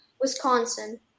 Wisconsin